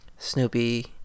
Snoopy